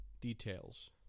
Details